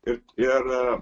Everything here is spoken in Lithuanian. ir ir